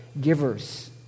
givers